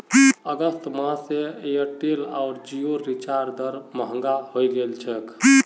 अगस्त माह स एयरटेल आर जिओर रिचार्ज दर महंगा हइ गेल छेक